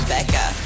Becca